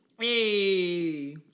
Hey